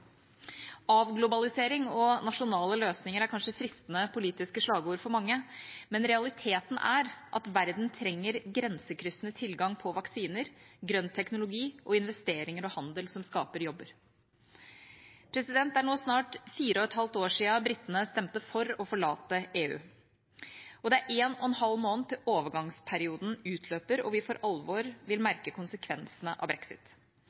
av behovet for felles løsninger enten det gjelder pandemihåndtering, brexit eller forholdet til store globale aktører som USA og Kina. «Avglobalisering» og «nasjonale løsninger» er kanskje fristende politiske slagord for mange, men realiteten er at verden trenger grensekryssende tilgang på vaksiner, grønn teknologi og investeringer og handel som skaper jobber. Det er nå snart fire og et halvt år siden britene stemte for å forlate EU, og det er en og en halv måned til overgangsperioden utløper og